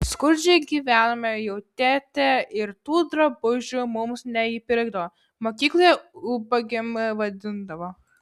skurdžiai gyvenome jau tėtė ir tų drabužių mums neįpirkdavo mokykloje ubagėm vadindavo